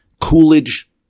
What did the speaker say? Coolidge